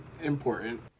important